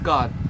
God